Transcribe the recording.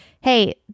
hey